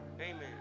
Amen